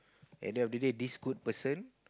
at the end of the day this good person